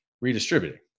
redistributing